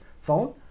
phone